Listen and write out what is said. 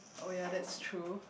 oh ya that's true